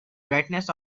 brightness